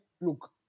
look